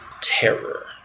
terror